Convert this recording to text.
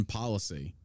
policy